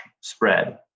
spread